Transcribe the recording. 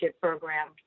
program